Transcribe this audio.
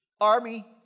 Army